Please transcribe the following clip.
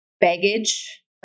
baggage